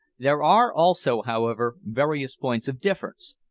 there are also, however, various points of difference.